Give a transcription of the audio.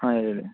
ಹಾಂ ಹೇಳಿ